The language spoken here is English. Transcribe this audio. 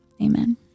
amen